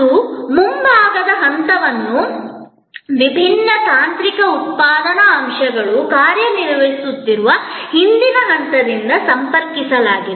ಮತ್ತು ಮುಂಭಾಗದ ಹಂತವನ್ನು ವಿಭಿನ್ನ ತಾಂತ್ರಿಕ ಉತ್ಪಾದನಾ ಅಂಶಗಳು ಕಾರ್ಯನಿರ್ವಹಿಸುತ್ತಿರುವ ಹಿಂದಿನ ಹಂತದಿಂದ ಸಂಪರ್ಕಿಸಲಾಗಿದೆ